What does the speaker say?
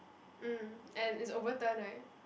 um and it's over turn right